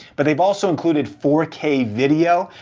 but they've also included four k video.